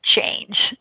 change